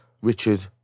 Richard